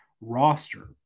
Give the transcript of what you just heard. roster